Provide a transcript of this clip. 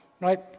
Right